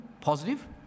positive